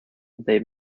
they